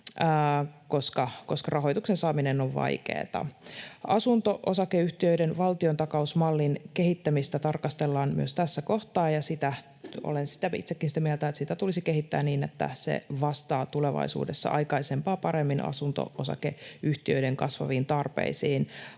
koska rahoituksen saaminen on vaikeata. Asunto-osakeyhtiöiden valtiontakausmallin kehittämistä tarkastellaan myös tässä kohtaa, ja olen itsekin sitä mieltä, että sitä tulisi kehittää niin, että se vastaa tulevaisuudessa aikaisempaa paremmin asunto-osakeyhtiöiden kasvaviin tarpeisiin.